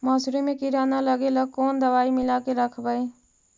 मसुरी मे किड़ा न लगे ल कोन दवाई मिला के रखबई?